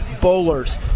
bowlers